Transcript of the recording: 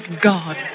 God